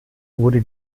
wurde